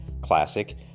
Classic